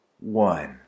one